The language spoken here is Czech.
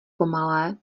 pomalé